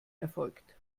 erfolgt